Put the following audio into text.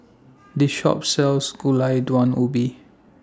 This Shop sells Gulai Daun Ubi